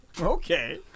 okay